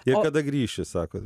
ir kada grįši sako